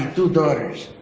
two daughters.